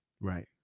right